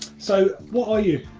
so what are you?